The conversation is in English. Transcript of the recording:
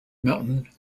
mountain